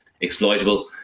exploitable